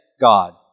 God